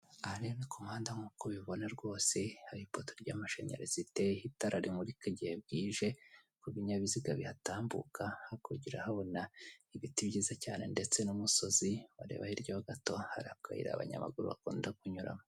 Aha rero ni kumuhanda nk'uko ubibona rwose hari ipoto ry'amashanyarazi riteyeho itara rimurika igihe bwije kubinyabiziga bihatambuka hakurya urahabona ibiti byiza cyane ndetse n'umusozi, wareba hiryaho gato hari akayira abanyamaguru bakunda kunyuramo.